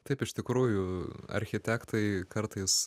taip iš tikrųjų architektai kartais